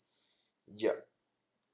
yup